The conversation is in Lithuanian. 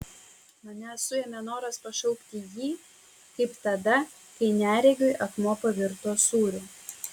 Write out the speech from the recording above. mane suėmė noras pašaukti jį kaip tada kai neregiui akmuo pavirto sūriu